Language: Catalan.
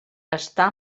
està